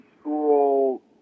school